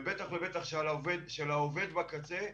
ובטח ובטח על העובד בקצה,